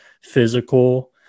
physical